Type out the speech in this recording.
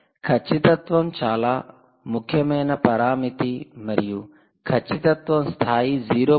ఖచ్చితత్వం చాలా ముఖ్యమైన పరామితి మరియు ఖచ్చితత్వం స్థాయి 0